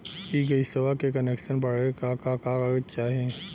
इ गइसवा के कनेक्सन बड़े का का कागज चाही?